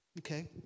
Okay